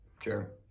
Sure